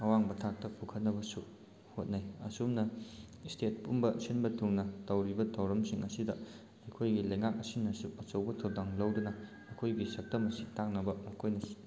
ꯑꯋꯥꯡꯕ ꯊꯥꯛꯇ ꯄꯨꯈꯠꯅꯕꯁꯨ ꯍꯣꯠꯅꯩ ꯑꯁꯨꯝꯅ ꯏꯁꯇꯦꯠ ꯄꯨꯝꯕ ꯁꯤꯟꯕ ꯊꯨꯡꯅ ꯇꯧꯔꯤꯕ ꯊꯧꯔꯝꯁꯤꯡ ꯑꯁꯤꯗ ꯑꯩꯈꯣꯏꯒꯤ ꯂꯩꯉꯥꯛ ꯑꯁꯤꯅꯁꯨ ꯑꯆꯧꯕ ꯊꯧꯗꯥꯡ ꯂꯧꯗꯨꯅ ꯑꯩꯈꯣꯏꯒꯤ ꯁꯛꯇꯝ ꯑꯁꯤ ꯇꯥꯛꯅꯕ ꯃꯈꯣꯏꯅ